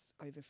over